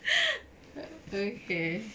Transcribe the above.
okay